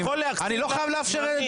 אפשר להגיד משהו בפתיחה?